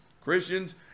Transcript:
Christians